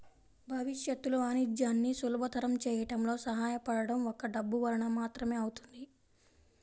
భవిష్యత్తులో వాణిజ్యాన్ని సులభతరం చేయడంలో సహాయపడటం ఒక్క డబ్బు వలన మాత్రమే అవుతుంది